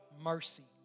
mercy